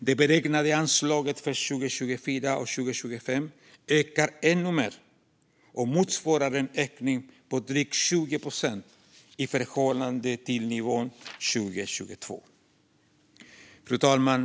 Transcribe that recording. Det beräknade anslaget för 2024 och 2025 ökar ännu mer och motsvarar en ökning på drygt 20 procent i förhållande till nivån 2022. Fru talman!